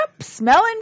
smelling